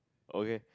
okay